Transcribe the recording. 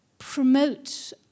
Promote